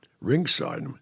ringside